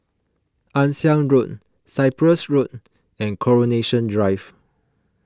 Ann Siang Road Cyprus Road and Coronation Drive